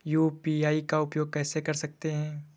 UPI का उपयोग कैसे कर सकते हैं?